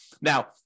now